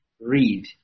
read